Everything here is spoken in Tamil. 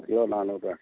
கிலோ நானூறுரூவா